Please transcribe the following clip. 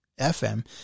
FM